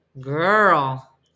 girl